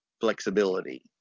flexibility